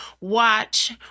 watch